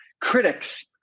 critics